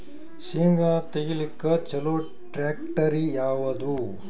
ಶೇಂಗಾ ತೆಗಿಲಿಕ್ಕ ಚಲೋ ಟ್ಯಾಕ್ಟರಿ ಯಾವಾದು?